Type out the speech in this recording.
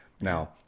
Now